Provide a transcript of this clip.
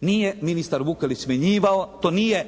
nije ministar Vukelić smjenjivao. To nije